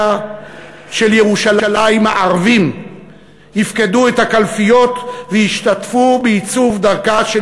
של ירושלים הערבים יפקדו את הקלפיות וישתתפו בעיצוב דרכה של